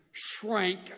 Shrank